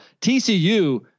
TCU